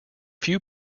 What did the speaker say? few